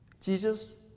Jesus